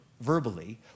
verbally